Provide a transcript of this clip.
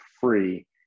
free